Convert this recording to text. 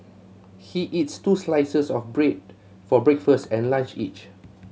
he eats two slices of bread for breakfast and lunch each